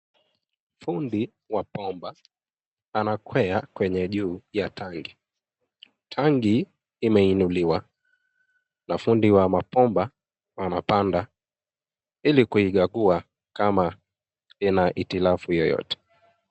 Fundi wa bomba anakwea kwenye juu ya tanki. Tanki imeinuliwa na fundi wa mabomba anaipanda, ili kuikagua kama ina hitilafu yoyote.